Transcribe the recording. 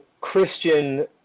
Christian